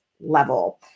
level